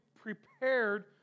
prepared